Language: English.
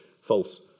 false